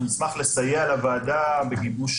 אנחנו נשמח לסייע לוועדה בגיבוש